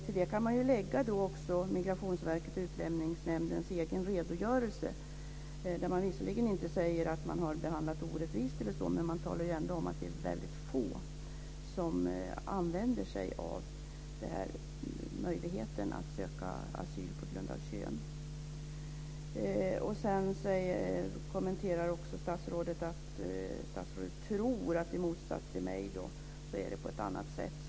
Till detta kan man lägga Migrationsverkets och Utlänningsnämndens egen redogörelse. Där säger man visserligen inte att man har gjort en orättvis behandling, men man talar ändå om att det är väldigt få som använder sig av den här möjligheten att söka asyl på grund av kön. Sedan säger statsrådet att hon tror, i motsats till mig, att det är på ett annat sätt.